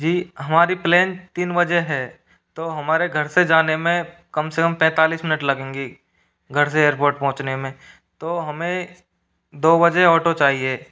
जी हमारी प्लेन तीन बजे है तो हमारे घर से जाने में कम से कम पैंतालीस मिनट लगेंगी घर से एयरपोर्ट पहुँचने में तो हमें दो बजे ऑटो चाहिए